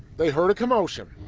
they heard a commotion.